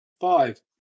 Five